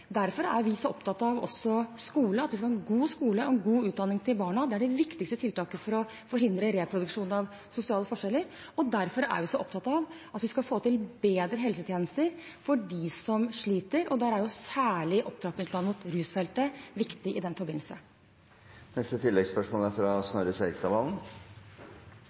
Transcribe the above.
Derfor er vi så opptatt av skole, at vi skal ha en god skole og god utdanning til barna. Det er det viktigste tiltaket for å forhindre reproduksjon av sosiale forskjeller. Derfor er vi opptatt av at vi skal få til bedre helsetjenester for dem som sliter. I den forbindelse er særlig opptrappingsplanen for rusfeltet viktig. Snorre Serigstad Valen – til oppfølgingsspørsmål. Det er